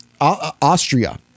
Austria